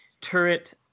turret